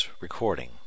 recording